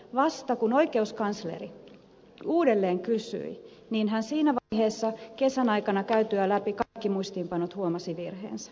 vasta kun oikeuskansleri uudelleen kysyi niin hän siinä vaiheessa kesän aikana käytyään läpi kaikki muistiinpanot huomasi virheensä